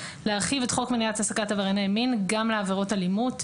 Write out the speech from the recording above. להרחיב את חוק מניעת העסקת עברייני מין גם לעבירות אלימות.